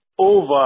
over